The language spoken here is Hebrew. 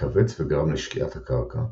התכווץ וגרם לשקיעת הקרקע,